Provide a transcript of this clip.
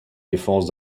défense